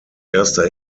erster